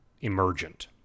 emergent